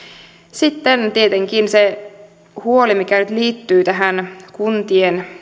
sitten tietenkin on se huoli mikä nyt liittyy tähän kuntien